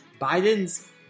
Biden's